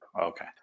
Okay